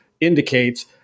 indicates